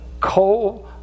coal